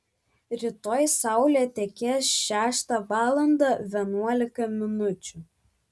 rytoj saulė tekės šeštą valandą vienuolika minučių